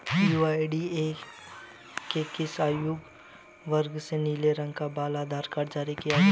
UIDAI ने किस आयु वर्ग के लिए नीले रंग का बाल आधार कार्ड जारी किया है?